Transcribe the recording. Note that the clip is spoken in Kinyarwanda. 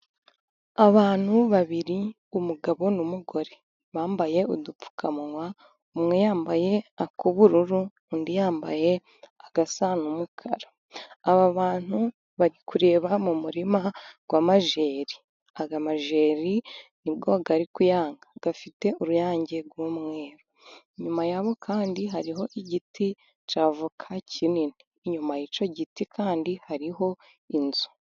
Abantu babiri umugabo n'umugore bambaye udupfukamunwa, umwe yambaye ak'ubururu undi yambaye agasa n'umukara. Aba bantu bari kureba mu murima w'amajeri, aya majeri ni bwo ari kuyanga afite uruyange rw'umweru, inyuma yabo kandi hariho igiti cya voka kinini inyuma y'icyo giti kandi hariho inzu.